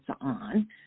on